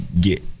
get